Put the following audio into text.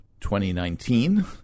2019